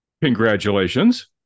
Congratulations